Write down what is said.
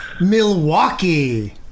Milwaukee